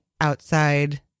outside—